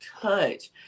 touch